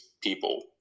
people